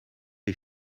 les